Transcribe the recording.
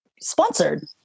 sponsored